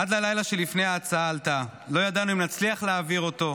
עד ללילה לפני שההצעה עלתה לא ידענו אם נצליח להעביר אותו,